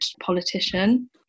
politician